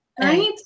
right